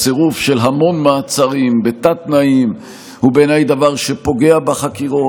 הצירוף של המון מעצרים בתת-תנאים הוא בעיניי דבר שפוגע בחקירות,